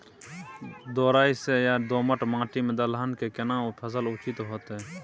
दोरस या दोमट माटी में दलहन के केना फसल उचित होतै?